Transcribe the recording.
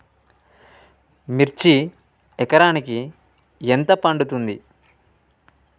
మిర్చి ఎకరానికి ఎంత పండుతది?